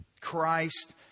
Christ